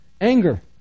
anger